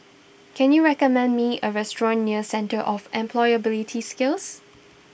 can you recommend me a restaurant near Centre of Employability Skills